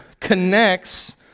connects